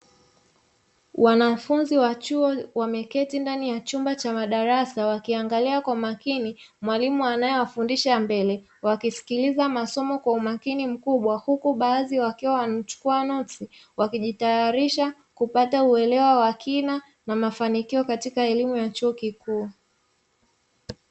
Wanafunzi wa chuo wameketi ndani ya chumba cha madarasa wakiangalia kwa makini mwalimu anayewafundisha mbele wakisikiliza masomo kwa umakini mkubwa, huku baadhi wakiwa wanachukua maelezo wakijitayarisha kupata uelewa wa kina na mafanikio katika elimu ya chuo kikuu.